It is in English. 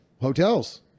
Hotels